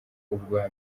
ubwa